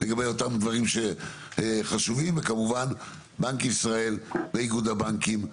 לגבי אותם דברים שחשובים וכמובן בנק ישראל ואיגוד הבנקים,